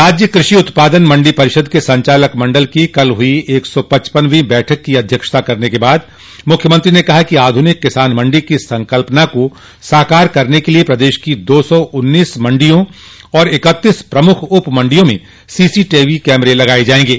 राज्य कृषि उत्पादन मंडी परिषद के संचालक मंडल की कल हुई एक सौ पचपनवीं बैठक की अध्यक्षता करने के बाद मुख्यमंत्री ने कहा कि आधुनिक किसान मंडी की संकल्पना को साकार करने के लिए प्रदेश की दो सौ उन्नीस मंडियों और इकतीस प्रमुख उप मंडियों में सीसी टीवी कैमरे लगाये जायेंगे